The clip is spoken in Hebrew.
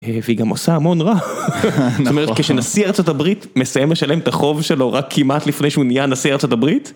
והיא גם עושה המון רע, זאת אומרת כשנשיא ארצות הברית מסיים לשלם את החוב שלו רק כמעט לפני שהוא נהיה נשיא ארצות הברית?